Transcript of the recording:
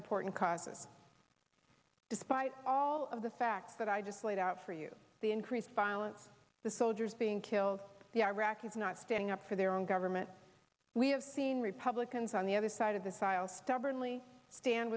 important causes despite all of the facts that i just laid out for you the increased violence the soldiers being killed the iraqis not standing up for their own government we have seen republicans on the other side of this while stubbornly stand